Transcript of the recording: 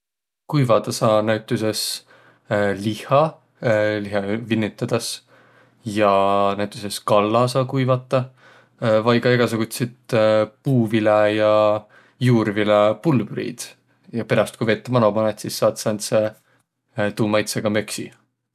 Kuivadaq saa näütüses lihha lihha vinnütedäs, ja näütüses kalla saa kuivataq vai ka egäsugutsit puuvilä- ja juurviläpulbriid. Ja peräst, ku vett mano panõt, sis saat sääntse tuu maitsõga möksi.